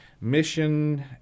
mission